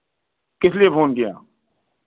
किसलिए फ़ोन किया